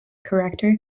character